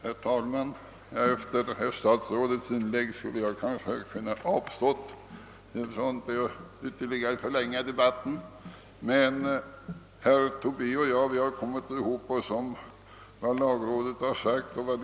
Herr talman! Efter herr statsrådets inlägg skulle jag ha kunnat avstå från att ytterligare förlänga debatten. Herr Tobé och jag har emellertid blivit oense om vad lagrådet uttalat och menat.